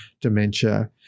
dementia